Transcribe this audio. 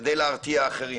כדי להרתיע אחרים,